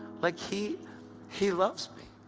like he he loves me,